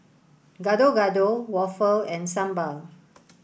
Gado Gado Waffle and Sambal